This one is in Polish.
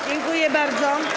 Dziękuję bardzo.